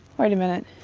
wait a minute.